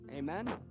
Amen